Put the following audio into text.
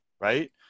right